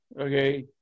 okay